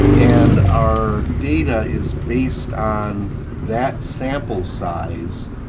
and our data is based on that sample size,